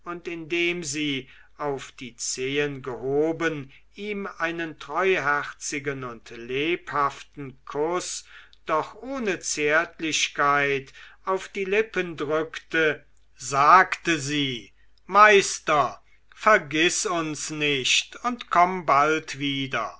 indem sie auf die zehen gehoben ihm einen treuherzigen und lebhaften kuß doch ohne zärtlichkeit auf die lippen drückte sagte sie meister vergiß uns nicht und komm bald wieder